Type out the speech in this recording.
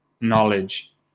knowledge